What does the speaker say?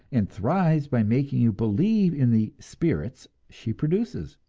and thrives by making you believe in the spirits she produces!